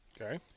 Okay